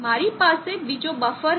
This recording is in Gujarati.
મારી પાસે બીજો બફર હશે